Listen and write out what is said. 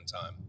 time